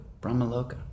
brahmaloka